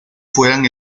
fueran